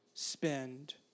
spend